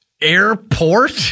Airport